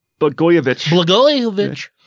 Blagojevich